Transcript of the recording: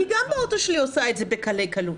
אני גם ברכב שלי עושה את זה בקלי קלות.